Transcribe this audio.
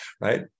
right